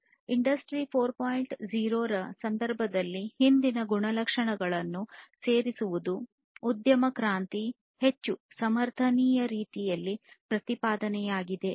0 ರ ಸಂದರ್ಭದಲ್ಲಿ ಹಿಂದಿನ ಗುಣಲಕ್ಷಣಗಳನ್ನು ಸೇರಿಸುವುದು ಉದ್ಯಮ ಕ್ರಾಂತಿ ಹೆಚ್ಚು ಸಮರ್ಥನೀಯ ರೀತಿಯಲ್ಲಿ ಪ್ರತಿಪಾದನೆಯಾಗಿದೆ